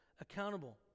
accountable